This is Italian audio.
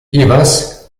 evans